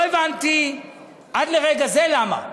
לא הבנתי עד לרגע זה למה.